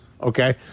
Okay